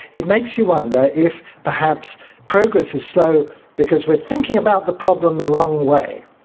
it makes you wonder if perhaps progress is slow because we are thinking about the problem the wrong way.